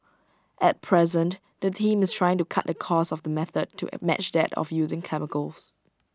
at present the team is trying to cut the cost of the method to match that of using chemicals